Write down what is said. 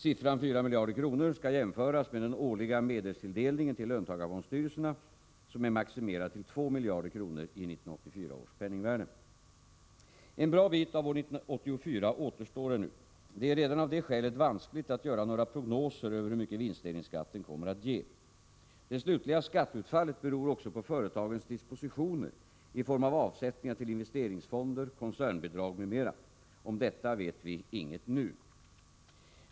Siffran 4 miljarder kronor skall jämföras med den årliga medelstilldelningen till löntagarfondsstyrelserna som är maximerad till 2 miljarder kronor i 1984 års penningvärde. En bra bit av år 1984 återstår ännu. Det är redan av det skälet vanskligt att göra några prognoser över hur mycket vinstdelningsskatten kommer att ge. Det slutliga skatteutfallet beror också på företagens dispositioner i form av avsättningar till investeringsfonder, koncernbidrag m.m. Om detta vet vi inget nu.